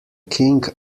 king